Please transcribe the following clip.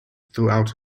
throughout